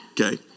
Okay